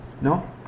No